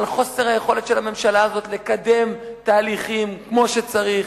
חוסר היכולת של הממשלה הזאת לקדם תהליכים כמו שצריך,